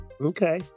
Okay